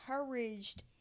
encouraged